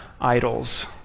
idols